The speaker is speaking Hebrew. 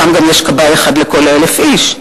שם יש גם כבאי אחד לכל 1,000 איש.